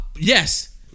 Yes